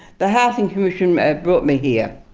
the housing commission brought me here.